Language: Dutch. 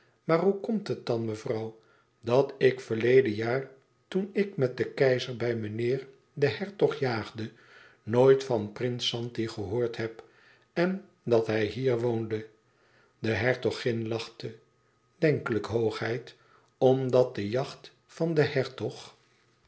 maar hoe komt het dan mevrouw dat ik verleden jaar toen ik met den keizer bij mijnheer den hertog jaagde nooit van prins zanti gehoord heb en dat hij hier woonde de hertogin lachte denkelijk hoogheid omdat de jacht van den